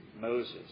Moses